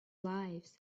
lives